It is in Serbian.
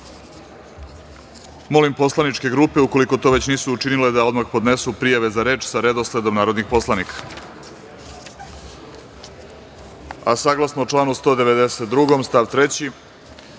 reda. Molim poslaničke grupe, ukoliko to već nisu učinile, da odmah podnesu prijave za reč sa redosledom narodnih poslanika. Saglasno članu 192. stav 3.